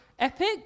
epic